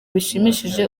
bishimishije